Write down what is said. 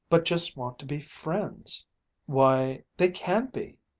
but just want to be friends why, they can be!